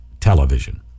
television